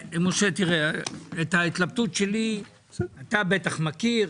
משה, את ההתלבטות שלי אתה מכיר.